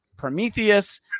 Prometheus